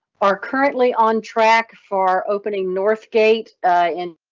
are currently on track for opening northgate and.